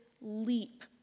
leap